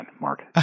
Mark